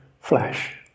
flash